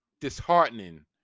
disheartening